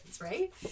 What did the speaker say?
Right